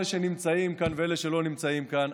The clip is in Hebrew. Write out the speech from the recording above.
אלה שנמצאים כאן ואלה שלא נמצאים כאן,